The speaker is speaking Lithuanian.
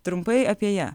trumpai apie ją